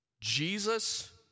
Jesus